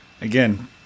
Again